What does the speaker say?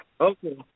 Okay